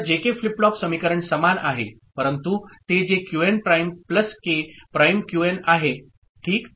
तर JK flip flop समीकरण समान आहे परंतु ते J QN prime plus K prime QN आहे ठीक